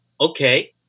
okay